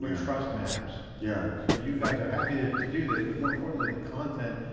like trust matters, yeah so you guys are happy to to do this but more importantly, the content.